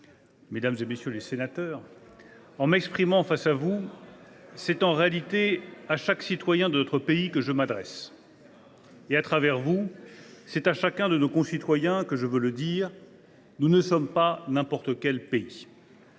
Mesdames, messieurs les députés, en m’exprimant face à vous, c’est en réalité à chaque citoyen de notre pays que je m’adresse. Et à travers vous, c’est à chacun de nos concitoyens que je veux dire : “Nous ne sommes pas n’importe quel pays”.